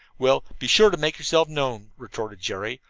well, be sure to make yourself known, retorted jerry,